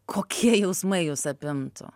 kokie jausmai jus apimtų